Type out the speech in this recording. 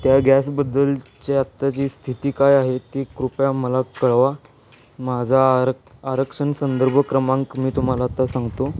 त्या गॅसबद्दलच्या आत्ताची स्थिती काय आहे ती कृपया मला कळवा माझा आर आरक्षण संदर्भ क्रमांक मी तुम्हाला आता सांगतो